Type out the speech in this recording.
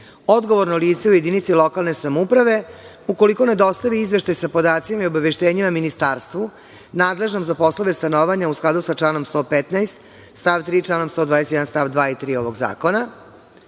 odgovorno lice u jedinici lokalne samouprave ukoliko ne dostavi izveštaj sa podacima i obaveštenjima ministarstvu nadležnom za poslove stanovanja u skladu sa članom 115. stav 3. članom 121. st. 2. i 3. ovog zakona.Zašto